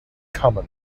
common